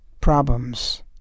problems